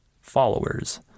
followers